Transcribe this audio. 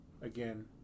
again